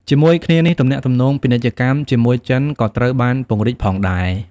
ជាមួយគ្នានេះ ទំនាក់ទំនងពាណិជ្ជកម្មជាមួយ ចិន ក៏ត្រូវបានពង្រីកផងដែរ។